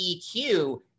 EQ